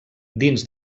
dins